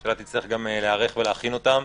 הממשלה תצטרך גם להיערך ולהכין אותן,